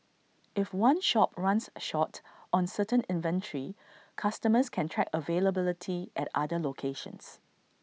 if one shop runs short on certain inventory customers can track availability at other locations